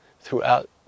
throughout